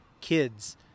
kids